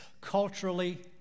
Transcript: culturally